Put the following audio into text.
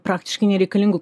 praktiškai nereikalingų